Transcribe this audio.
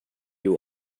you